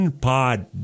Pod